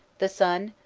the sun,